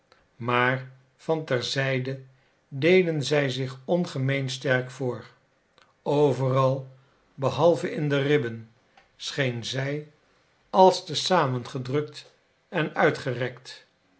maar van ter zijde deden zij zich ongemeen sterk voor overal behalve in de ribben scheen zij als te zamen gedrukt en uitgerekt